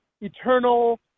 eternal